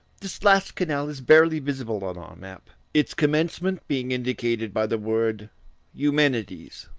this last canal is barely visible on our map, its commencement being indicated by the word eumenides.